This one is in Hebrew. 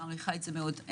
מעריכה את זה מאוד.